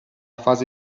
fase